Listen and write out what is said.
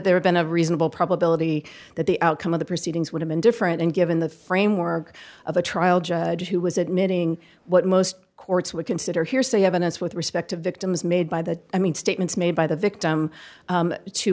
there been a reasonable probability that the outcome of the proceedings would have been different and given the framework of the trial judge who was admitting what most courts would consider hearsay evidence with respect to victims made by the i mean statements made by the victim